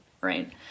right